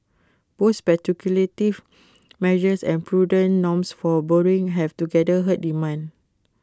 both speculative measures and prudent norms for borrowing have together hurt demand